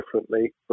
differently